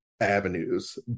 avenues